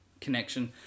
connection